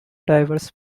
diverse